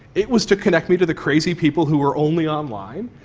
it was to connect me to the crazy people who were only online,